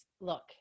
look